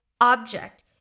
object